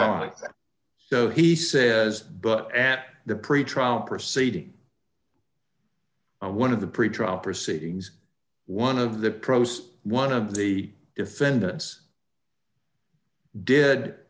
that so he says but at the pretrial proceeding one of the pretrial proceedings one of the pros one of the defendants did